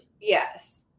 Yes